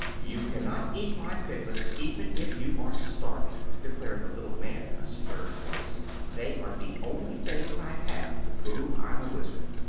you cannot eat my piglets, even if you are starving, declared the little man, in a stern voice. they are the only things i have to prove i'm a wizard.